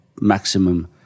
maximum